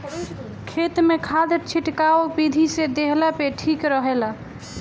खेत में खाद खिटकाव विधि से देहला पे ठीक रहेला